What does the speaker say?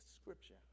scripture